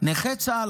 נכי צה"ל,